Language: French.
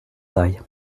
taille